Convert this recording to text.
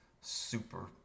super